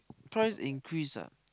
price increase ah